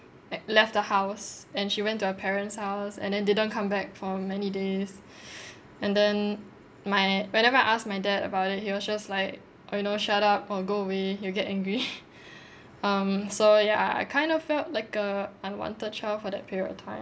like left the house and she went to her parents' house and then didn't come back for many days and then my whenever I asked my dad about it he was just like oh you know shut up or go away he'll get angry um so yeah I kind of felt like a unwanted child for that period of time